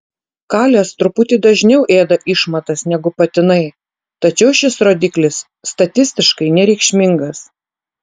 kalės truputį dažniau ėda išmatas negu patinai tačiau šis rodiklis statistiškai nereikšmingas